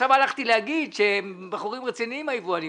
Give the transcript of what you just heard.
הלכתי להגיד שהם בחורים רציניים היבואנים,